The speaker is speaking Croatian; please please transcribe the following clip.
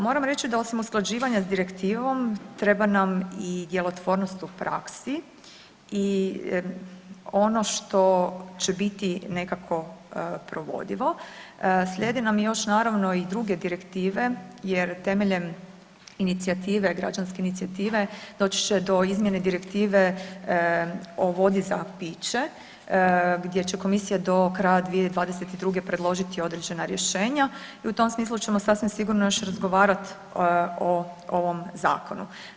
Moram reći da osim usklađivanja s direktivom, treba nam i djelotvornost u praksi i ono što će biti nekako provodivo, slijedi nam još naravno i druge direktive jer temeljem inicijative, građanske inicijative, doći će do izmjene direktive o vodi za piće gdje će komisija do kraja 2022. predložiti određena rješenja, i u tom smislu ćemo sasvim sigurno još razgovarat o ovom zakonu.